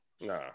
Nah